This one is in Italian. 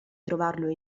trovarlo